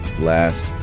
last